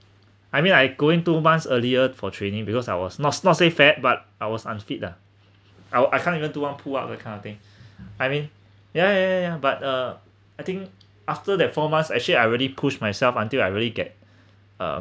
I mean I going two months earlier for training because I was not not say fat but I was unfit ah I I can't even do one pull up that kind of thing I mean ya ya ya ya ya but uh I think after that four months actually I already pushed myself until I really get uh